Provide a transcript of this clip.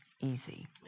easy